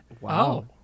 Wow